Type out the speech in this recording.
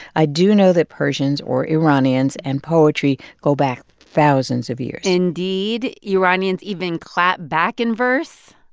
i do know that persians or iranians and poetry go back thousands of years indeed. iranians even clap back in verse.